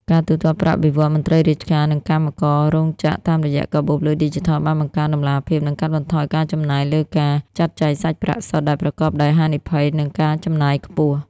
ការទូទាត់ប្រាក់បៀវត្សរ៍មន្ត្រីរាជការ និងកម្មកររោងចក្រតាមរយៈកាបូបលុយឌីជីថល បានបង្កើនតម្លាភាព និងកាត់បន្ថយការចំណាយលើការចាត់ចែងសាច់ប្រាក់សុទ្ធដែលប្រកបដោយហានិភ័យ និងការចំណាយខ្ពស់។